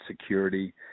security